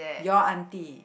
your aunty